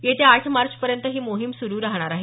येत्या आठ मार्चपर्यंत ही मोहीम सुरू राहणार आहे